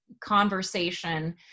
conversation